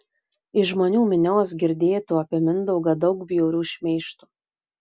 iš žmonių minios girdėtų apie mindaugą daug bjaurių šmeižtų